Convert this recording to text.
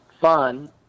fun